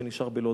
שנשאר בלוד,